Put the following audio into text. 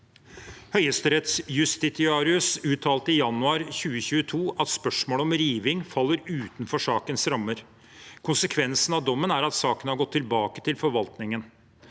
Høyesterettsjustitiarius uttalte i januar 2022 at spørsmålet om riving faller utenfor sakens rammer. Konsekvensen av dommen er at saken har gått tilbake til forvaltningen.